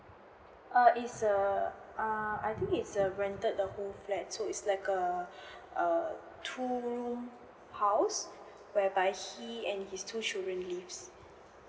err It's a err I think he's a rented the whole flat so It's like a err two room house whereby he and his two children lives